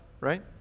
right